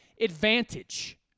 advantage